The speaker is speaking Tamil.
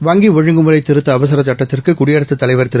வங்கி ஒழுங்குமுறை திருத்த அவசர சட்டத்திற்கு குடியரசுத் தலைவர் திரு